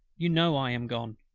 you know i am gone.